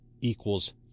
equals